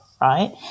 right